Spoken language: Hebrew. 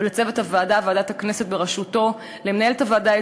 ולצוות הוועדה,